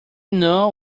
know